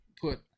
Put